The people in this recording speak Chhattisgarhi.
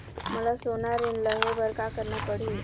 मोला सोना ऋण लहे बर का करना पड़ही?